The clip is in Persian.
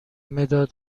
مداد